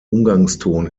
umgangston